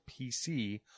PC